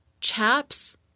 chaps